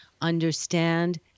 understand